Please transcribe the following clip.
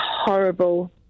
Horrible